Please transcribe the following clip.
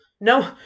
No